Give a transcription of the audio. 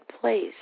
place